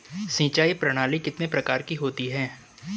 सिंचाई प्रणाली कितने प्रकार की होती हैं?